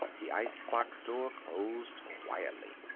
the icebox door closed quietly.